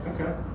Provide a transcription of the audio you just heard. okay